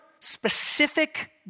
specific